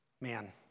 man